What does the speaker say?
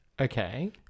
Okay